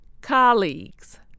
Colleagues